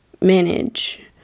manage